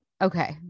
okay